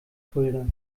fulda